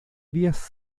díaz